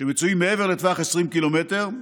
שמצויות מעבר לטווח ה-20 קילומטר,